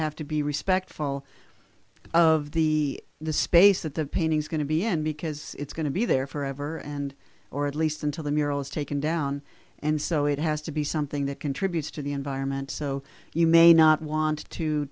have to be respectful of the the space that the painting is going to be end because it's going to be there forever and or at least until the mural is taken down and so it has to be something that contributes to the environment so you may not want to